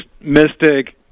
mystic